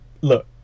look